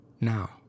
Now